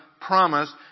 promise